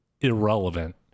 irrelevant